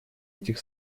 этих